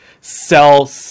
sell